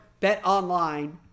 BetOnline